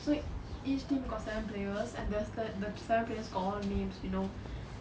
so each team got seven players and there's ker~ the seven players got one name you know